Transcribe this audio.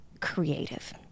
creative